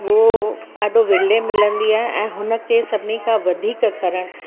उहो ॾाढो विरले मिलंदी आहे ऐं हुन खे सभिनी खां वधीक करणु